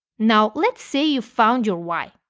now, let's say you've found your why,